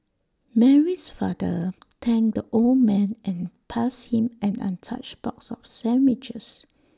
Mary's father thanked the old man and passed him an untouched box of sandwiches